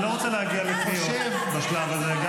אני לא רוצה להגיע לקריאות בשלב הזה.